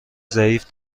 ضعیف